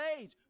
age